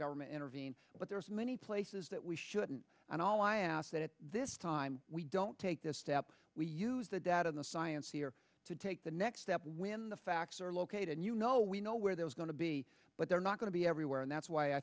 government intervene but there are so many places that we shouldn't and all i ask at this time we don't take this step we use the data in the science here to take the next step when the facts are located and you know we know where there's going to be but they're not going to be everywhere and that's why i